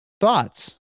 thoughts